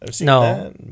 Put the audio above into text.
No